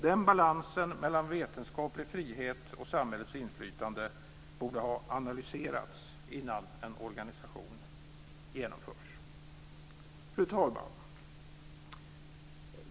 Den balansen mellan vetenskaplig frihet och samhällets inflytande borde ha analyserats innan en organisation genomförs. Fru talman!